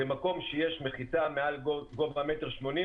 במקום שיש מחיצה מעל גובה 180 ס"מ,